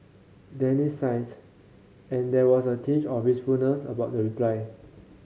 Danny sighed and there was a tinge of wistfulness about the reply